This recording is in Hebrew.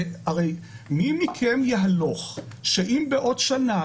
מי מכם יהלוך שאם בעוד שנה,